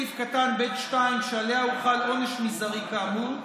סעיף קטן (ב2) שעליה הוחל עונש מזערי כאמור,